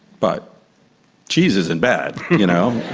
but cheese isn't bad, you know,